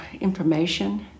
information